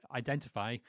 identify